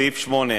לחוק.